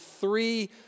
three